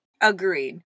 Agreed